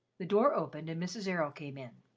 the door opened and mrs. errol came in.